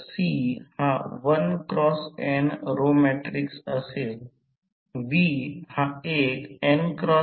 तर E2 2 हे V2 I2 Re2 cos ∅2 I2 XE2 sin ∅2lE2 I2 XE2 cos ∅2 I2 Re2 sin ∅2 2